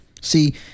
See